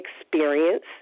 experience